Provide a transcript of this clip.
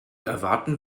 erwarten